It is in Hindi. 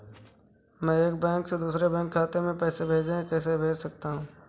मैं एक बैंक से दूसरे बैंक खाते में पैसे कैसे भेज सकता हूँ?